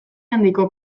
handiko